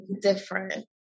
different